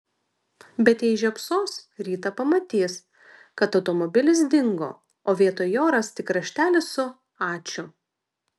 bet jei žiopsos rytą pamatys kad automobilis dingo o vietoj jo ras tik raštelį su ačiū